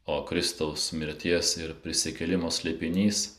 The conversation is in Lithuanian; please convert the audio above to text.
o kristaus mirties ir prisikėlimo slėpinys